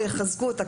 או יחזקו אותה,